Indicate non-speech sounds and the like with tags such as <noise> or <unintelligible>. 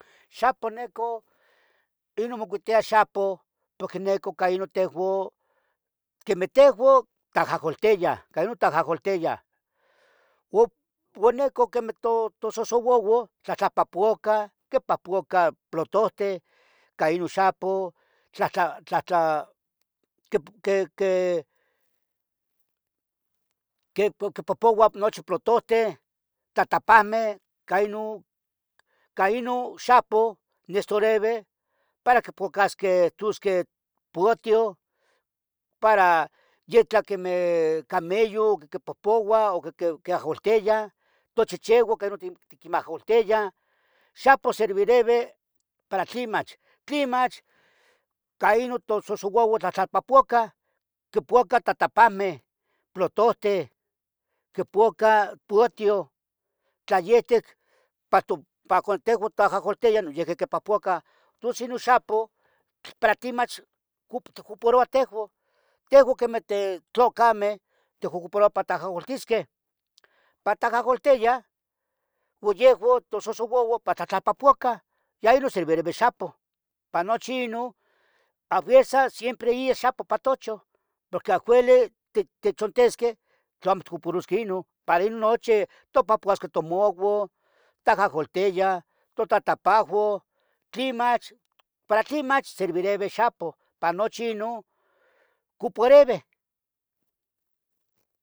Xapoh neco, inun mocuitia xapoh porque neco ica inu tehoun. quemeh tehoun, tajaholtiyah, ica inun tajaholtia, oun, oun neco. quemeh to, tososouauah, tlahtlapohpoacah, quipahpoacah, plotohten. ica inun xapih, tlahtla, tlahtla, qui, qui, qui, qui quipohpouah. nochi plotohten, tatapahmeh, ca inun, ca inun xapoh, nestoreve. para quipocasqueh tusqueh, potioh, para yetlah quemeh, cameyon. quipohpouah o quiaholtiyah, tochichiuan, queno tiquimaholtiyah Xapoh servireve para tlin mach, tlin mach, ica inun tososouauah. tlapahpoacah, quipoacah tatapahmeh, plotohten, quipoacah potioh. tlayehtec pa to, pa con tehuan tajaholtiyah, noyihqui quipahpoacah. tus inun xapoh, para tli mach, cup, ticuparouah tehuan, tehuan. quemeh te tlocameh, tehuan ticuparouah para tajaholtisqueh, para. tajaholtiyah u yehua tososouauan, para tlahtlapapoacah, ya inun servirevi. xapoh para nochi inun, aviesas siempre i xapo para tochon, porque. <unintelligible> tichontisqueh tlomo tocoporusqueh inun, para. inun nochi, tipahpuasque tomouon, tajaholtiyah, totatapahoun. tlin mach, para tlin mach servirevi xapoh, pa nochi inun. cuporeveh